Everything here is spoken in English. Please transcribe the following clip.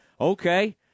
Okay